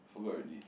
forgot already